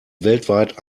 weltweit